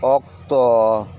ᱚᱠᱛᱚ